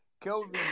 Kelvin